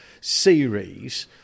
series